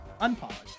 unpolished